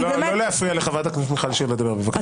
לא להפריע לחברת הכנסת מיכל שיר לדבר, בבקשה.